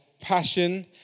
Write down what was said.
passion